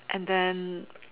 and then